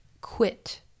quit